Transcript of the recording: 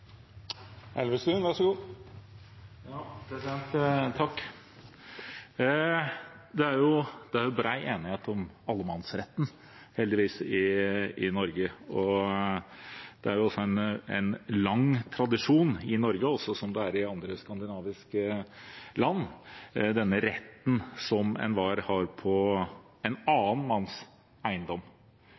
et mål. Så får vi se hvordan dette behandles i neste periode. Det er heldigvis bred enighet om allemannsretten i Norge. Det er også en lang tradisjon i Norge, som det er i andre skandinaviske land, for den retten enhver har til annen